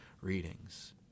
readings